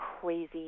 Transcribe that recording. crazy